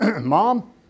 Mom